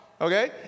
okay